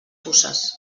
puces